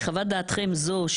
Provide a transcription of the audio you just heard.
וחוות דעתכם זו,